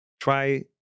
Try